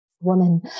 woman